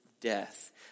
death